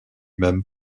même